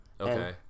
Okay